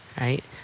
right